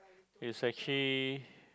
it's actually